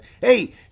Hey